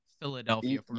philadelphia